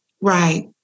Right